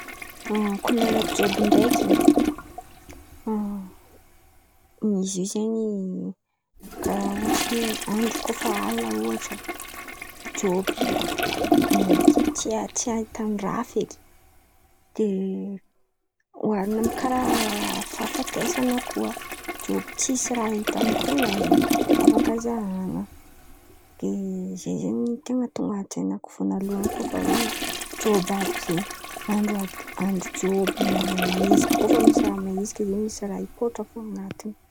Ny kolera jôby ndraiky izy io zen̈y karàha ohatra oe andro kô fa alin̈a ôhatra jôby, maintsy tsy ahitan-draha feky, de oharina karàha fahafatesan̈a koa, jôby tsisy raha hita amy ten̈a zen̈y afaka zahan̈a, de Zay zen̈y tonga an tsain̈ako vônaloan̈y kô fa oe jôby àby zen̈y, andro al- andra jo- maizika kô fa misy raha maiziky zen̈y misy raha ikôtra fo an̈atiny.